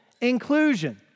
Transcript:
inclusion